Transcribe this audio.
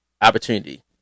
Opportunity